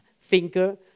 finger